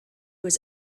was